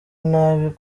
nabi